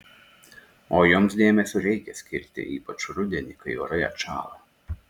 o joms dėmesio reikia skirti ypač rudenį kai orai atšąla